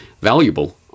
valuable